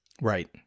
Right